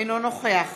אינו נוכח